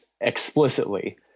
explicitly